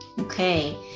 Okay